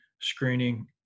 screening